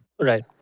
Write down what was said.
Right